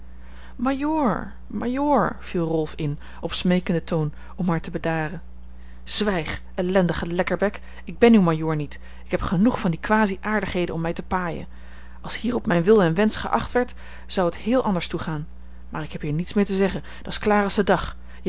majoor majoor viel rolf in op smeekenden toon om haar te bedaren zwijg ellendige lekkerbek ik ben uw majoor niet ik heb genoeg van die kwasie aardigheden om mij te paaien als hier op mijn wil en wensch geacht werd zou het heel anders toegaan maar ik heb hier niets meer te zeggen dat's klaar als de dag